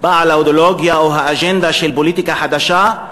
בעל האידיאולוגיה או האג'נדה של פוליטיקה חדשה,